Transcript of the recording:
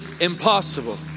impossible